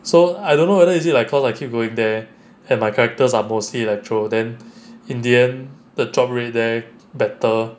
so I don't know whether is it like cause I keep going there and my characters are mostly electro then in the end the drop rate there better